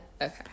Okay